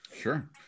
Sure